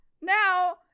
Now